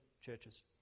churches